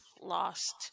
lost